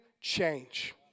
Change